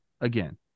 again